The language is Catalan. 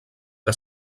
que